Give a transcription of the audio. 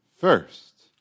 first